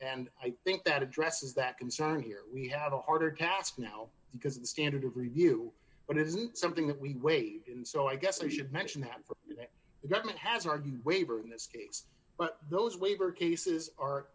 and i think that addresses that concern here we have a harder task now because the standard of review but it isn't something that we wait so i guess i should mention that for you that the government has argued waiver in this case but those waiver cases are